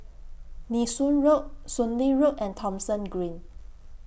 Nee Soon Road Soon Lee Road and Thomson Green